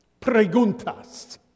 Preguntas